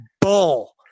bull